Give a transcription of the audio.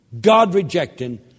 God-rejecting